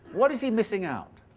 what is he missing out?